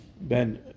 ben